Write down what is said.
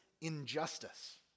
injustice